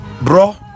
bro